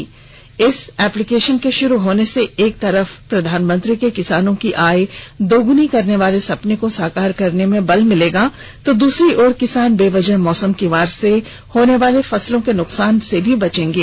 इस mobile application के शुरू होने से एक तरफ प्रधानमंत्री के किसानों की आय को दोगुना करने वाले सपने को साकार करने में बल मिलेगा तो दूसरी तरफ किसान बेवजह मौसम की मार से होने वाले फसलों के नुकसान से भी बचेंगे